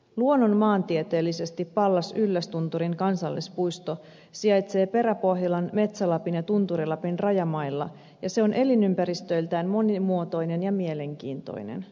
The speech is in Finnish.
luonnonmaantieteellisesti pallas yllästuntunturin kansallispuisto sijaitsee perä pohjolan metsä lapin ja tunturi lapin rajamailla ja se on elinympäristöltään monimuotoinen ja mielenkiintoinen